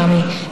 מאמי,